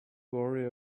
worry